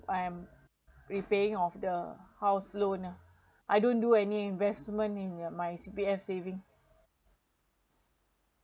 I‘m repaying of the house loan ah I don't do any investment in my C_P_F savings